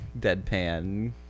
deadpan